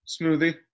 smoothie